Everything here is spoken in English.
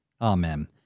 Amen